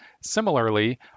Similarly